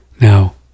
Now